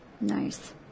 Nice